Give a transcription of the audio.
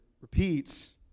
repeats